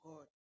God